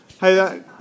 Hey